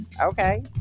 okay